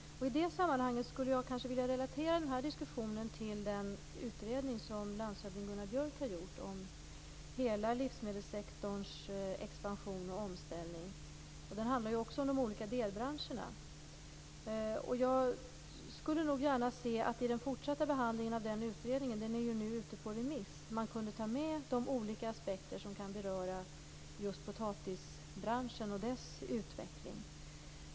I det sammanhanget skulle jag vilja relatera denna diskussion till den utredning som landshövding Gunnar Björk har gjort om hela livsmedelssektorns expansion och omställning. Den handlar också om de olika delbranscherna. Jag skulle gärna se att man i den fortsatta behandlingen av den utredningen, som nu är ute på remiss, kunde ta med de olika aspekter som kan beröra just potatisbranschen och dess utveckling.